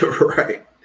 Right